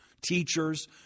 Teachers